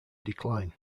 decline